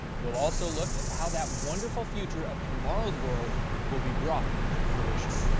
we'll also look at how that wonderful future of tomorrow's world will be brought into fruition.